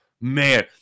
man